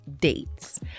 dates